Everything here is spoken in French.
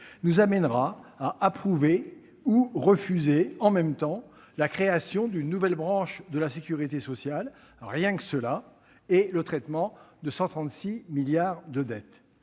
nous conduira à approuver ou refuser en même temps la création d'une nouvelle branche de la sécurité sociale- rien que cela ! -et le traitement de 136 milliards d'euros